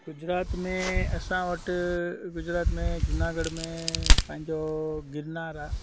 गुजरात में असां वटि गुजरात में जूनागढ़ में पंहिंजो गिरनार आहे